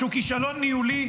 שהוא כישלון ניהולי,